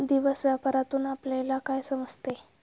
दिवस व्यापारातून आपल्यला काय समजते